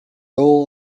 all